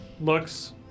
looks